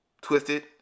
Twisted